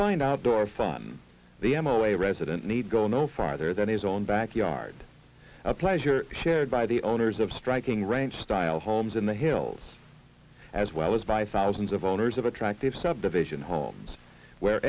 find outdoor fun the m o a resident need go no farther than his own backyard a pleasure shared by the owners of striking range style homes in the hills as well as by thousands of owners of attractive subdivision homes where